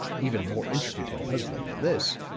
even more intricate and puzzling than this,